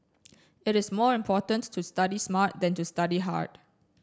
it is more important to study smart than to study hard